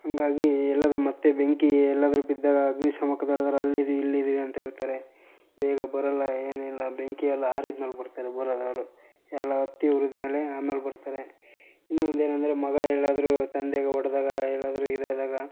ಹಾಗಾಗಿ ಎಲ್ಲಾದರೂ ಮತ್ತೆ ಬೆಂಕಿ ಎಲ್ಲಾದರೂ ಬಿದ್ದಾಗ ಅಗ್ನಿಶಾಮಕದಳದವ್ರು ಅಲ್ಲಿದ್ದೀವಿ ಇಲ್ಲಿದ್ದೀವಿ ಅಂತ ಹೇಳ್ತಾರೆ ಬೇಗ ಬರಲ್ಲ ಏನಿಲ್ಲ ಬೆಂಕಿ ಎಲ್ಲ ಆರಿದ ಮೇಲೆ ಬರ್ತಾರೆ ಬರದವರು ಎಲ್ಲ ಹೊತ್ತಿ ಉರಿದ ಮೇಲೆ ಆಮೇಲೆ ಬರ್ತಾರೆ ಇನ್ನೂ ಒಂದು ಏನೆಂದ್ರೆ ಮಗ ಎಲ್ಲಾದರೂ ತಂದೆಗೆ ಹೊಡೆದಾಗ ಏಲ್ಲಾದರೂ ಇದಾದಾಗ